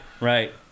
right